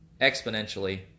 exponentially